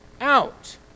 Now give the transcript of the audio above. out